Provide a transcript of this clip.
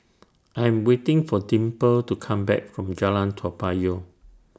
I Am waiting For Dimple to Come Back from Jalan Toa Payoh